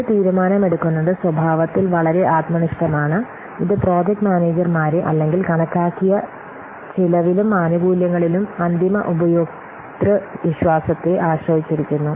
ഇത് തീരുമാനമെടുക്കുന്നത് സ്വഭാവത്തിൽ വളരെ ആത്മനിഷ്ഠമാണ് ഇത് പ്രോജക്ട് മാനേജർമാരെ അല്ലെങ്കിൽ കണക്കാക്കിയ ചെലവിലും ആനുകൂല്യങ്ങളിലും അന്തിമ ഉപയോക്തൃ വിശ്വാസത്തെ ആശ്രയിച്ചിരിക്കുന്നു